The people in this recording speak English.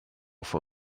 for